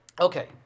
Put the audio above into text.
Okay